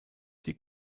die